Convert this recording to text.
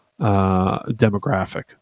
demographic